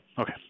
okay